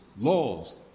laws